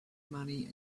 money